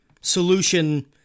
solution